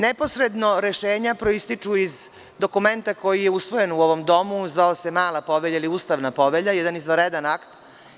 Neposredno, rešenja proističu iz dokumenta koji je usvojen u ovom domu, zvao se mala povelja ili ustavna povelja, jedan izvanredan akt.